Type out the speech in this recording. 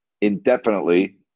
indefinitely